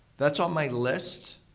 that's on my list,